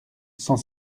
cent